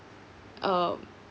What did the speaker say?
uh